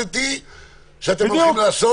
לאן כל זה הולך?